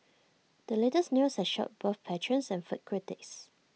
the latest news has shocked both patrons and food critics